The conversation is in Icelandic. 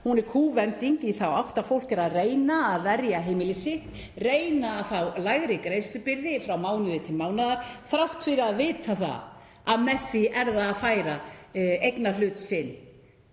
dag er kúvending í þá átt að fólk er að reyna að verja heimili sitt, reyna að fá lægri greiðslubyrði frá mánuði til mánaðar þrátt fyrir að vita að með því er það að færa eignarhlutinn